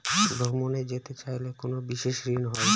ভ্রমণে যেতে চাইলে কোনো বিশেষ ঋণ হয়?